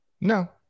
No